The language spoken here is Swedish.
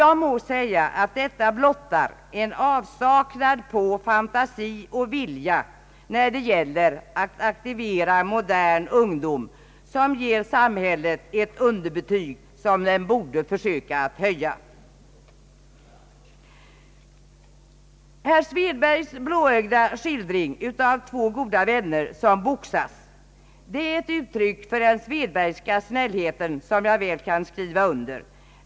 Jag må säga att detta blottar en avsaknad av fantasi och vilja när det gäller att aktivera modern ungdom. Härigenom ges samhället ett underbetyg som det borde försöka att höja. Herr Svedbergs blåögda skildring av två goda vänner som boxas är ett uttryck för den Svedbergska snällheten, som jag väl kan intyga.